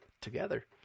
together